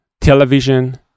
television